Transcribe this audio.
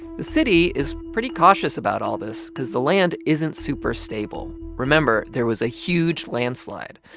the city is pretty cautious about all this because the land isn't super stable. remember, there was a huge landslide.